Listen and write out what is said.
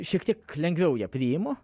šiek tiek lengviau ją priimu